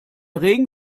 regen